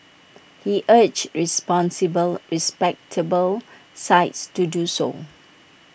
he urged responsible respectable sites to do so